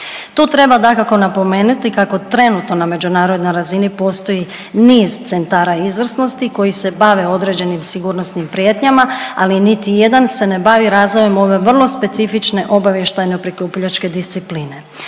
Tu treba, dakako, napomenuti kako trenutno na međunarodnoj razini postoji niz centara izvrsnosti koji se bave određenim sigurnosnim prijetnjama, ali niti jedan se ne bavi razvojem ove vrlo specifične obavještajno-prikupljačke discipline.